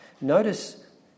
Notice